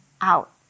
out